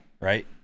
right